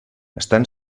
estan